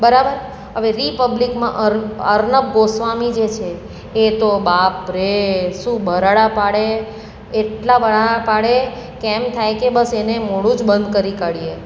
બરાબર હવે રિપબ્લિકમાં અર અરનબ ગોસ્વામી જે છે એ તો બાપરે શું બરાડા પાડે એટલા બરાડા પાડે કે એમ થાય કે બસ એને મોઢું જ બંદ કરી કાઢીએ